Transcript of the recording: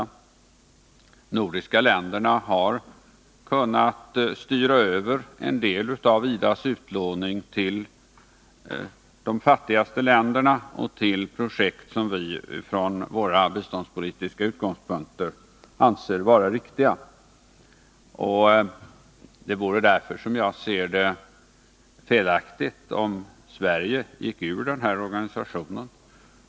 De nordiska länderna har kunnat styra över en del av IDA:s utlåning till de fattigaste länderna och till projekt som vi från våra biståndspolitiska utgångspunkter anser vara riktiga. Det vore därför, som jag ser det, felaktigt om Sverige gick ur organisationen.